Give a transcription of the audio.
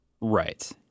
Right